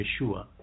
Yeshua